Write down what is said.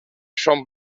són